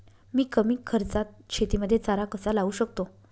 मी कमी खर्चात शेतीमध्ये चारा कसा लावू शकतो?